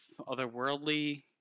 otherworldly